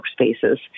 workspaces